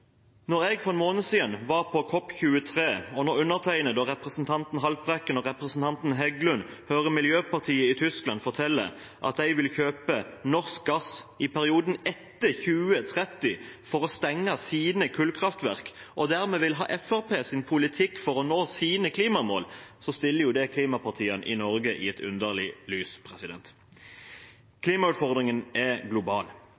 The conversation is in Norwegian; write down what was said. jeg for en måned siden var på COP23 og undertegnede sammen med representanten Haltbrekken og representanten Heggelund hørte miljøpartiet i Tyskland fortelle at de vil kjøpe norsk gass i perioden etter 2030 for å stenge sine kullkraftverk – og dermed vil ha Fremskrittspartiets politikk for å nå sine klimamål – stilte det klimapartiene i Norge i et underlig lys. Klimautfordringen er global,